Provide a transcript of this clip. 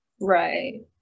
Right